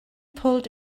pulled